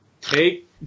take